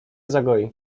zagoi